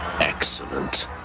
Excellent